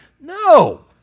No